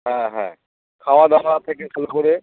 হ্যাঁ হ্যাঁ খাওয়া দাওয়া থেকে শুরু করে